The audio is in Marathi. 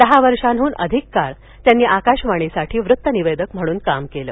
दहा वर्षाहून अधिक काळ त्यांनी आकाशवाणीसाठी वृत्त निवेदिका म्हणून काम केलं